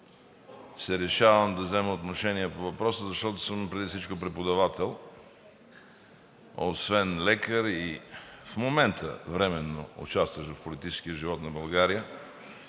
се решавам да взема отношение по въпроса, защото съм преди всичко преподавател освен лекар, в момента временно участващ в политическия живот на България.